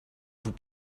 vous